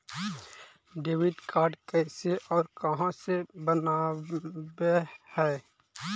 Debit card कैसे और कहां से बनाबे है?